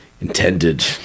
intended